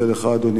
אדוני השר,